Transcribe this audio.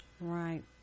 Right